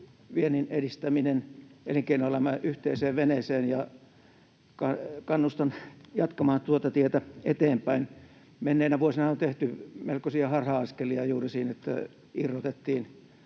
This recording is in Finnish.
viennin edistäminen sekä elinkeinoelämä yhteiseen veneeseen, ja kannustan jatkamaan tuota tietä eteenpäin. Menneinä vuosina on tehty melkoisia harha-askelia juuri siinä, että irrotettiin